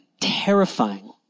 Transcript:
terrifying